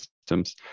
systems